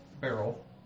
barrel